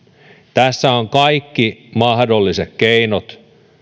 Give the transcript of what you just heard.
tässä on kaikki mahdolliset keinot